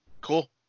Cool